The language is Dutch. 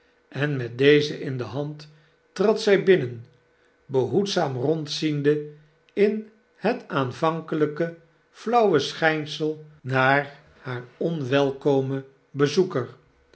en met deze in de hand trad zij binnen behoedzaam rondziende in het aanvankelijke flauwe schijnsel naar haar onwelkomen bezoeker